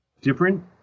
different